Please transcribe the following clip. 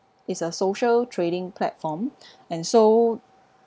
it's a social trading platform and so